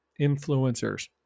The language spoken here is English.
influencers